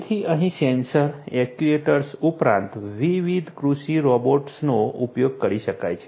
તેથી અહીં sensor actuators ઉપરાંત વિવિધ કૃષિ રોબોટ્સનો ઉપયોગ કરી શકાય છે